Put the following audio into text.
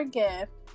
gift